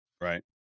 Right